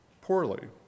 poorly